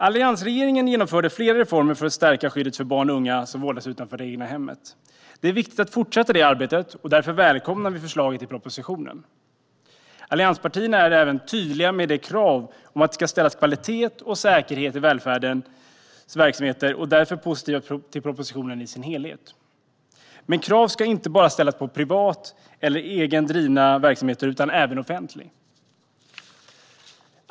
Alliansregeringen genomförde flera reformer för att stärka skyddet för barn och unga som vårdas utanför det egna hemmet. Det är viktigt att fortsätta det arbetet, och därför välkomnar vi förslagen i propositionen. Allianspartierna är även tydliga med att krav ska ställas på kvalitet och säkerhet i välfärdens verksamheter och är därför positiva till propositionen i dess helhet. Krav ska dock inte bara ställas på privat driven verksamhet utan även offentlig.